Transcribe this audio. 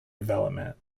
development